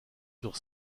sur